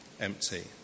empty